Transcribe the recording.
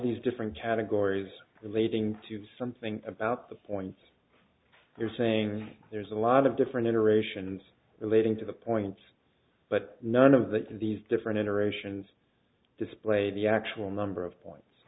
these different categories relating to something about the points they're saying there's a lot of different iterations relating to the points but none of that these different iterations display the actual number of points